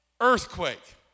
earthquake